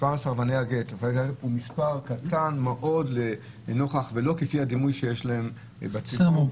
מספר סרבני הגט הוא מספר קטן מאוד ולא כפי הדימוי שיש להם בציבור,